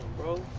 bro.